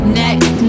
next